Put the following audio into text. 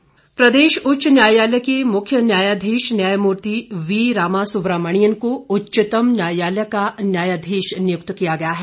न्यायाधीश प्रदेश उच्च न्यायालय के मुख्य न्यायाधीश न्यायमूर्ति वी रामासुब्रमणियन को उच्चतम न्यायालय का न्यायाधीश नियुक्त किय गया है